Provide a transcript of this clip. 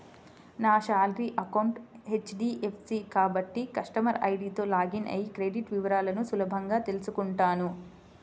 నా salary account HDFC కాబట్టి customer ఐడీతో లాగిన్ అయ్యి క్రెడిట్ వివరాలను సులభంగా తెల్సుకుంటాను